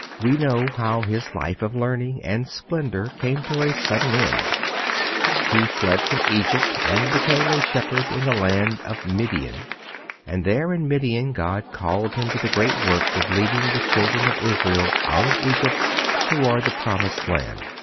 we know how his life of learning and splendour came to a sudden end he fled from egypt, and became a shepherd in the land of midian and there in midian god called him to the great work of leading the children of israel out of egypt towards the promised land.